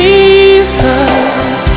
Jesus